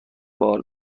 بار